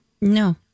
No